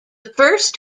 first